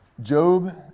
Job